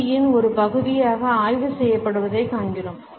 சியின் ஒரு பகுதியாக ஆய்வு செய்யப்படுவதைக் காண்கிறோம்